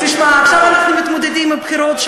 אנחנו עכשיו מתמודדים עם הבחירות,